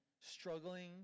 struggling